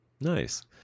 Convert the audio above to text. nice